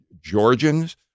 Georgians